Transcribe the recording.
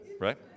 right